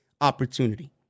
opportunity